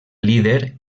líder